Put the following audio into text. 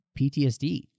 PTSD